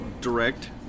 direct